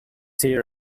tier